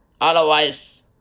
Otherwise